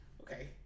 Okay